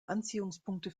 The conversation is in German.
anziehungspunkte